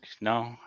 No